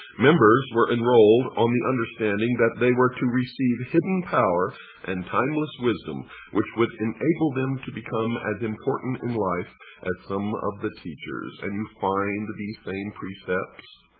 members were enrolled, on the understanding that they were to receive hidden power and timeless wisdom which would enable them to become important in life as some of the teachers. and you find that these same precepts